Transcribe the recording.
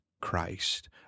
Christ